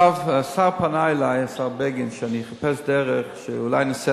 השר בגין פנה אלי שאחפש דרך שאולי נעשה